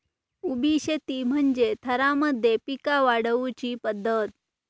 उभी शेती म्हणजे थरांमध्ये पिका वाढवुची पध्दत